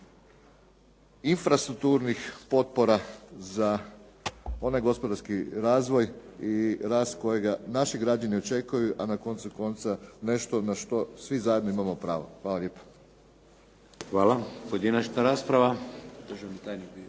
infrastrukturnih potpora za onaj gospodarski razvoj i rast kojega naši građani očekuju, a na koncu konca nešto na što svi zajedno imamo pravo. Hvala lijepa. **Šeks,